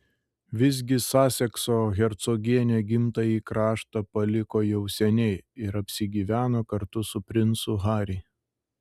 visgi sasekso hercogienė gimtąjį kraštą paliko jau seniai ir apsigyveno kartu su princu harry